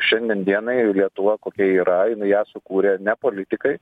šiandien dienai lietuva kokia yra ją sukūrė ne politikai